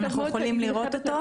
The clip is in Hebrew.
אנחנו יכולים לראות אותו?